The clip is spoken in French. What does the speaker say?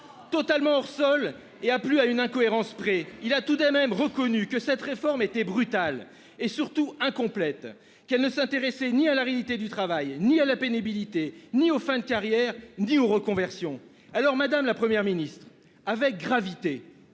Totalement hors-sol et plus à une incohérence près, il a tout de même reconnu que cette réforme était brutale et, surtout, qu'elle ne s'intéressait ni à la réalité du travail, ni à la pénibilité, ni aux fins de carrière, ni aux reconversions. Madame la Première ministre, avec gravité,